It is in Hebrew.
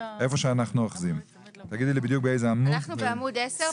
אנחנו בעמוד 10,